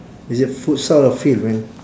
is it futsal or field man